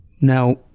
Now